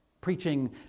preaching